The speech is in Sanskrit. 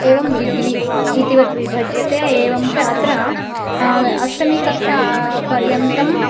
एवं डिग्रि इतिवत् विभज्यते एवं च अत्र अष्टमीकक्षा पर्यन्तं